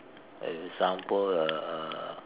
example a a a